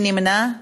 מי נמנע?